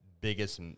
biggest